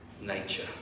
nature